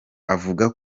avuga